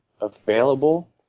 available